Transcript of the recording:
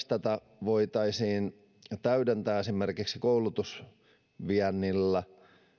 tätä voitaisiin myös täydentää esimerkiksi koulutusviennillä